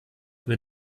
wird